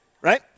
right